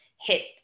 hit